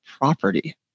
property